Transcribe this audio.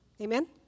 Amen